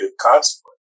consequence